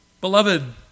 Beloved